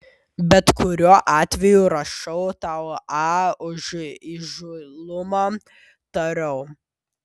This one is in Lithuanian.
bet kuriuo atveju rašau tau a už įžūlumą tariau